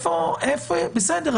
בסדר,